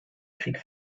krieg